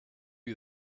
you